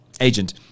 agent